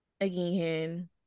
again